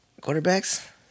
quarterbacks